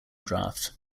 draft